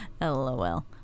LOL